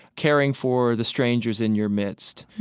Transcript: caring for the strangers in your midst,